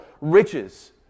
riches